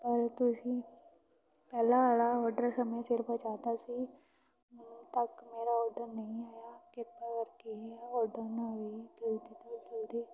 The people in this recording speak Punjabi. ਪਰ ਤੁਸੀਂ ਪਹਿਲਾਂ ਵਾਲ਼ਾ ਔਡਰ ਸਮੇਂ ਸਿਰ ਪਹੁੰਚਾਤਾ ਸੀ ਹੁਣ ਤੱਕ ਮੇਰਾ ਔਡਰ ਨਹੀਂ ਆਇਆ ਕਿਰਪਾ ਕਰਕੇ ਇਹ ਔਡਰ ਨੂੰ ਵੀ ਜਲਦੀ ਤੋਂ ਜਲਦੀ